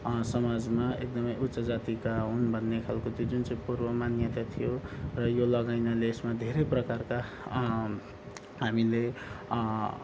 समाजमा एकदमै उच्च जातिका हुन् भन्ने खालको जुन चाहिँ पूर्व मान्यता थियो र यो लगाइनाले यसमा धेरै प्रकारका हामीले